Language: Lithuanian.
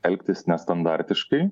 elgtis nestandartiškai